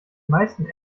meisten